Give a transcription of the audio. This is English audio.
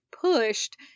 pushed